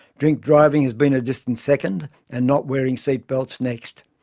drink driving has been a distant second and not wearing seat belts next.